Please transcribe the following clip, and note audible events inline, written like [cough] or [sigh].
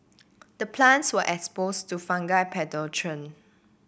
the plants were exposed to fungal [unintelligible]